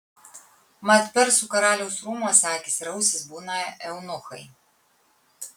mat persų karaliaus rūmuose akys ir ausys būna eunuchai